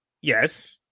Yes